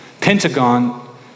Pentagon